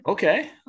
Okay